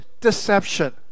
deception